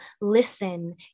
listen